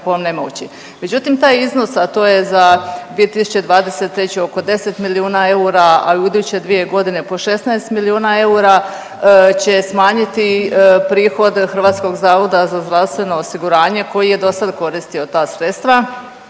Međutim taj iznos, a to je za 2023. oko 10 milijuna eura, a u iduće dvije godine po 16 milijuna eura će smanjiti prihod HZZO-a koji je do sad koristio ta sredstva.